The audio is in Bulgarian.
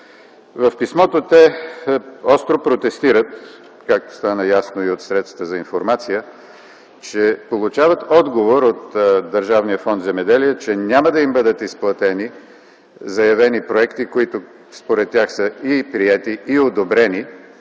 В писмото те остро протестират, както стана ясно от средствата за информация, срещу получен отговор от Държавен фонд “Земеделие”, че няма да им бъдат изплатени заявени проекти, според тях приети и одобрени,